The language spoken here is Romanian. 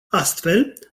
astfel